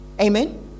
Amen